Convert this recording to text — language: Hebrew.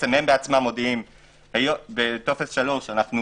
הם מודיעים בטופס 3: אנחנו